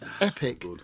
Epic